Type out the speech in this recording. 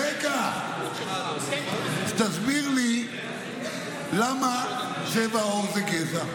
רגע, אז תסביר לי, למה צבע עור זה גזע?